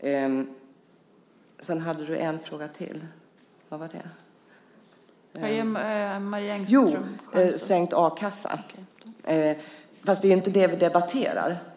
Du frågade också om sänkt a-kassa. Det är ju inte det vi debatterar.